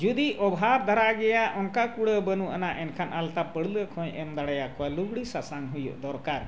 ᱡᱩᱫᱤ ᱚᱵᱷᱟᱵᱽ ᱫᱟᱨᱟ ᱜᱮᱭᱟ ᱚᱱᱠᱟ ᱠᱩᱲᱟᱹᱣ ᱵᱟᱹᱱᱩᱜ ᱟᱱᱟ ᱮᱱᱠᱷᱟᱱ ᱟᱞᱛᱟ ᱯᱟᱹᱲᱞᱟᱹᱠᱷ ᱦᱚᱸᱭ ᱮᱢ ᱫᱟᱲᱮᱭᱟᱠᱚᱣᱟ ᱞᱩᱜᱽᱲᱤᱡ ᱥᱟᱥᱟᱝ ᱦᱩᱭᱩᱜ ᱫᱚᱨᱠᱟᱨ